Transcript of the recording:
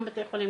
גם בבתי חולים,